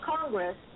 Congress